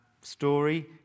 story